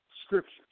scriptures